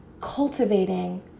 cultivating